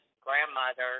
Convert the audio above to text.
grandmother